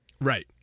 Right